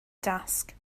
dasg